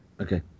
Okay